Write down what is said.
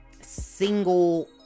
single